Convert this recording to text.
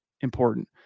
important